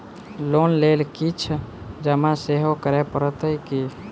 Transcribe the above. Loan लेल किछ जमा सेहो करै पड़त की?